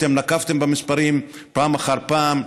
אתם נקבתם במספרים פעם אחר פעם,